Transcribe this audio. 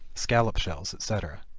scallop-shells, etc.